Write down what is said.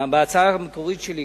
בהצעה המקורית שלי,